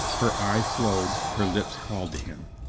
her eyes glowed her lips called to him.